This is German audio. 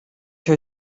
habe